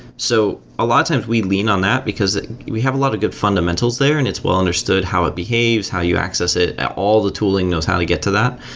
so a lot of times we lean on that because we have a lot of good fundamentals there and it's well understood how it behaves, how you access it. all the tooling knows how to get to that.